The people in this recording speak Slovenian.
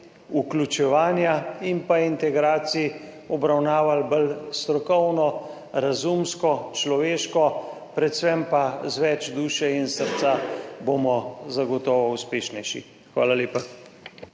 vključevanja in integracij obravnavali bolj strokovno, razumsko, človeško, predvsem pa z več duše in srca, bomo zagotovo uspešnejši. Hvala lepa.